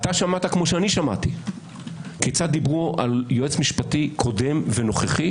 - אתה שמעת כפי שאני שמעתי כיצד דיברו על יועץ משפטי קודם ונוכחי?